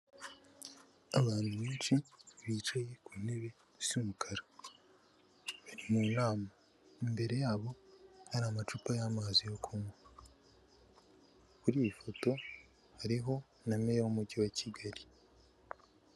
Abantu benshi bicaye ku ntebe z'umukara bari mu nama, imbere yabo hari amacupa y'amazi yo kunywa, kuri iyi foto hariho na meya w'umujyi wa Kigali.